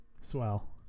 Swell